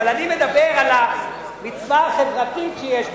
אבל אני מדבר על המצווה החברתית שיש בעניין.